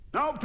Now